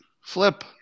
Flip